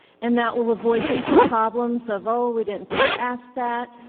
and that will avoid future problems of oh, we didn't think to ask that.